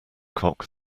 cock